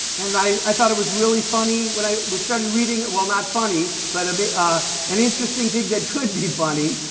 and i i thought it was really funny when i started reading, well not funny, but an ah and interesting thing that could be funny.